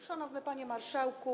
Szanowny Panie Marszałku!